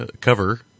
cover